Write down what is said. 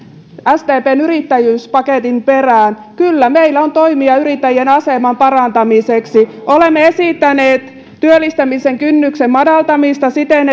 sdpn yrittäjyyspaketin perään kyllä meillä on toimia yrittäjien aseman parantamiseksi olemme esittäneet työllistämisen kynnyksen madaltamista siten